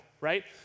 right